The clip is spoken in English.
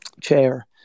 chair